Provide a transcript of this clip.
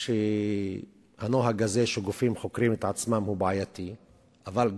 כי הנוהג הזה שגופים חוקרים את עצמם הוא בעייתי,